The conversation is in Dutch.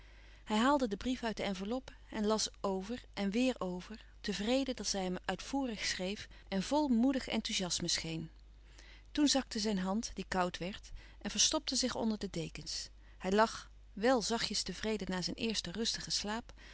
hij haalde den brief uit de enveloppe en las over en weêr over tevreden dat zij hem uitvoerig schreef en vol moedig enthouziasme scheen toen zakte zijn hand die koud werd en verstopte zich onder de dekens hij lag wèl zachtjes tevreden na zijn eersten rustigen slaap